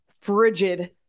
frigid